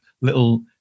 little